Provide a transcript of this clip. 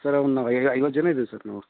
sir ಆವೊಂದು ನಾವು ಈಗ ಐವತ್ತು ಜನ ಇದ್ದೀವಿ ಸರ್ ನಾವು